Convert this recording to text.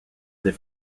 des